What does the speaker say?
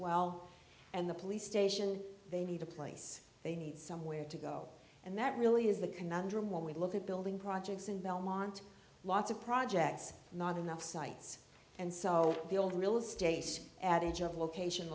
well and the police station they need a place they need somewhere to go and that really is the conundrum when we look at building projects in belmont lots of projects not enough sites and so the old real estate adage of location